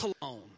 cologne